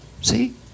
See